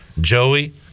Joey